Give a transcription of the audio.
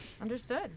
Understood